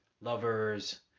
lovers